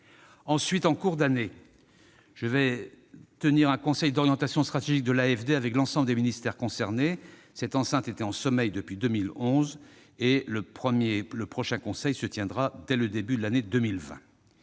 En cours d'année, je tiendrai un conseil d'orientation stratégique de l'AFD avec l'ensemble des ministères concernés. Cette enceinte était en sommeil depuis 2011. Le prochain conseil se réunira dès le début de l'année